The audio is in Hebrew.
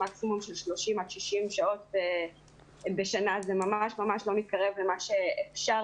אלא מקסימום 30 עד 60 שעות בשנה וזה ממש לא מתקרב למה שאפשר